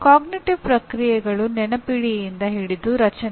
ಅರಿವಿನ ಪ್ರಕ್ರಿಯೆಗಳು ನೆನಪಿಡಿಯಿಂದ ಹಿಡಿದು ರಚನೆ